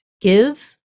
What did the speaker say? give